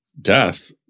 death